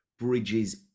Bridges